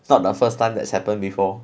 not the first time that has happened before